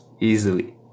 easily